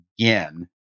again